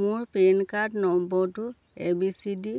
মোৰ pan card নম্বৰটো A B C D